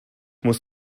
muss